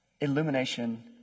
Illumination